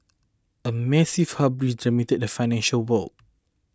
a massive hubris dominated the financial world